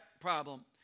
problem